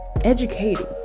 educating